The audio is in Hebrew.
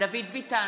דוד ביטן,